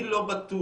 אני לא בטוח,